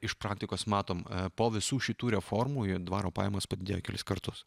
iš praktikos matom po visų šitų reformų jo dvaro pajamos padidėjo kelis kartus